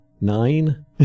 Nine